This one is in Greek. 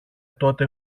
τότε